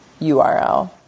URL